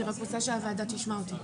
אני רק רוצה שהוועדה תשמע אותי.